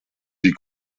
die